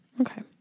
Okay